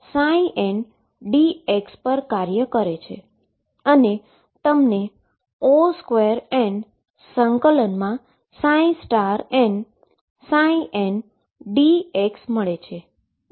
જે n dx પર કાર્ય કરે છે અને તમને On2∫nndx મળે છે